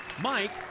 Mike